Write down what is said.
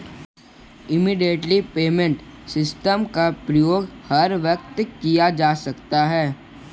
immediate payment system का प्रयोग हर वक्त किया जा सकता है